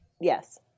Yes